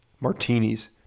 martinis